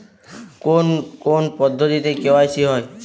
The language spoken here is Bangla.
কোন কোন পদ্ধতিতে কে.ওয়াই.সি হয়?